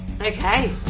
okay